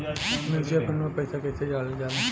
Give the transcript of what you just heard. Mutual fund मे पईसा कइसे डालल जाला?